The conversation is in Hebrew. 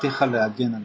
הבטיחה להגן עליה.